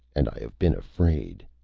and i have been afraid.